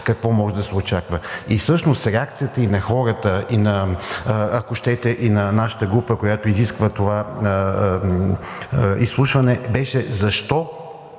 какво може да се очаква. Всъщност реакцията и на хората, ако щете и на нашата група, която изиска това изслушване, беше: защо